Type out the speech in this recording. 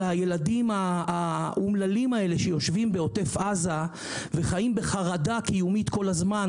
הילדים האומללים שיושבים בעוטף עזה וחיים בחרדה קיומית כל הזמן